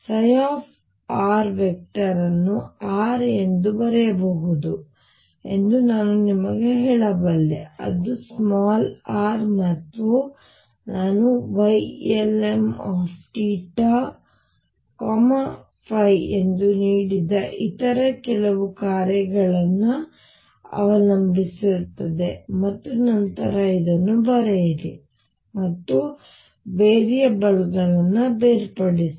r ಅನ್ನು R ಎಂದು ಬರೆಯಬಹುದೆಂದು ನಾನು ನಿಮಗೆ ಹೇಳಬಲ್ಲೆ ಅದು r ಮತ್ತು ನಾನು Ylmθϕ ಎಂದು ನೀಡಿದ ಇತರ ಕೆಲವು ಕಾರ್ಯಗಳನ್ನು ಅವಲಂಬಿಸಿರುತ್ತದೆ ಮತ್ತು ನಂತರ ಇದನ್ನು ಬರೆಯಿರಿ ಮತ್ತು ವೇರಿಯೇಬಲ್ಗಳನ್ನು ಬೇರ್ಪಡಿಸಿ